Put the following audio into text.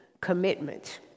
commitment